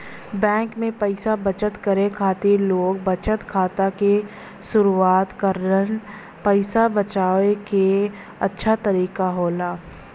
bank में पइसा बचत करे खातिर लोग बचत खाता क शुरआत करलन पइसा बचाये क अच्छा तरीका होला